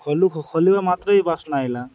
ଖୋଲୁ ଖୋଲିବା ମାତ୍ରେ ହିଁ ବାସ୍ନା ଆଇଲା